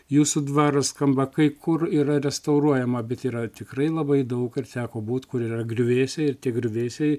jūsų dvaras skamba kai kur yra restauruojama bet yra tikrai labai daug ir teko būt kur yra griuvėsiai ir tie griuvėsiai